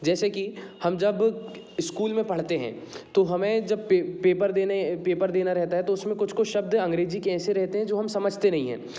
जैसे कि हम जब स्कूल में पढ़ते हैं तो हमें जब पेपर देने पेपर देना रहता है तो उसमें कुछ कुछ शब्द अंग्रेजी ऐसे रहते हैं जो हम समझते नहीं है